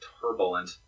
turbulent